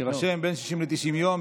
יירשם: בין 60 ל-90 יום,